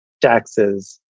taxes